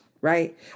right